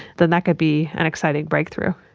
then that could be an exciting breakthrough.